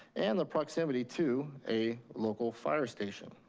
and the proximity to a local fire station.